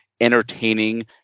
entertaining